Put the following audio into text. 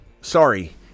sorry